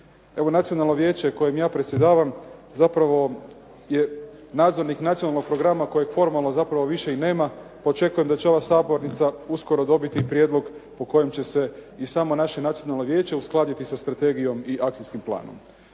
Evo Nacionalno vijeće kojim ja predsjedavam zapravo je nadzornik Nacionalnog programa kojeg formalno zapravo više i nema. Očekujem da će ova sabornica uskoro dobiti prijedlog po kojem će se i samo naše Nacionalno vijeće uskladiti sa strategijom i akcijskim planom.